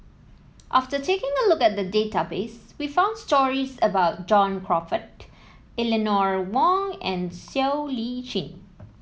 after taking a look at the database we found stories about John Crawfurd Eleanor Wong and Siow Lee Chin